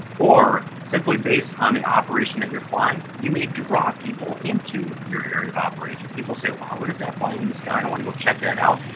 or, simply based on the operation that you're flying, you may draw people into your area of operation. people say, wow! what is that flying in the sky? i want to go check that out!